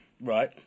Right